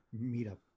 meetup